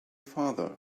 farther